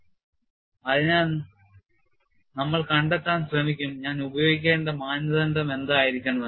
Crack Growth Directions അതിനാൽ നമ്മൾ കണ്ടെത്താൻ ശ്രമിക്കും ഞാൻ ഉപയോഗിക്കേണ്ട മാനദണ്ഡം എന്തായിരിക്കണം എന്ന്